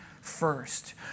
first